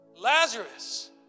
Lazarus